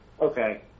Okay